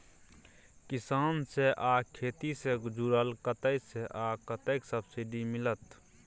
किसान से आ खेती से जुरल कतय से आ कतेक सबसिडी मिलत?